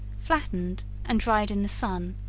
flattened and dried in the sun,